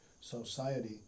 society